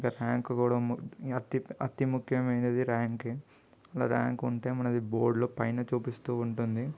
ఇంకా ర్యాంకు కూడా అతి అతి ముఖ్యమైనది ర్యాంక్ ర్యాంక్ ఉంటే మనది బోర్డులో పైన చూపిస్తూ ఉంటుంది